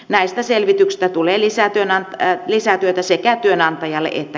näistä selvityksistä tulee lisätyötä sekä työnantajalle että kelalle